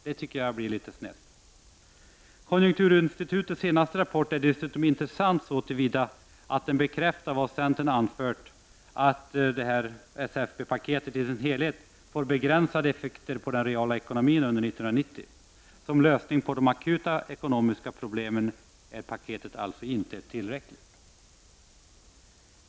Det blir litet snett då, tycker jag. Konjunkturinstitutets senaste rapport är dessutom intressant så till vida att den bekräftar vad centern anfört, nämligen att s-fp-paketet i sin helhet får begränsade effekter på den reala ekonomin under 1990. Som lösning på de akuta ekonomiska problemen är paketet alltså inte tillräckligt.